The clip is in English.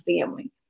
family